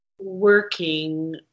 working